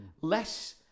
less